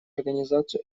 организацию